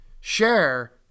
share